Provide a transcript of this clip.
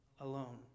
alone